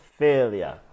failure